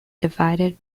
divided